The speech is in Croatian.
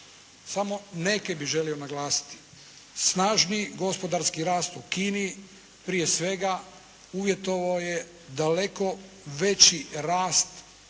Samo neke bih želio naglasiti. Snažni gospodarski rast u Kini prije svega uvjetovao je daleko veći rast potrošnje